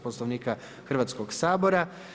Poslovnika Hrvatskog sabora.